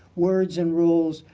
words and rules,